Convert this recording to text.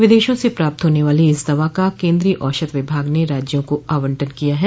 विदेशों से प्राप्त होने वाली इस दवा का कद्रीय औषध विभाग ने राज्यों को आवंटन किया है